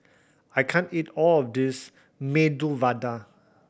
I can't eat all of this Medu Vada